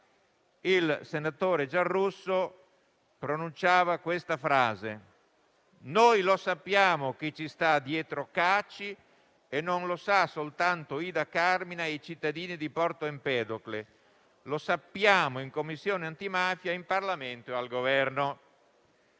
Il senatore Giarrusso pronunciava la seguente frase: «Noi lo sappiamo chi ci sta dietro Caci e non lo sa soltanto Ida Carmina e i cittadini di Porto Empedocle. Lo sappiamo in Commissione antimafia, in Parlamento e al Governo».